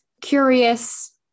curious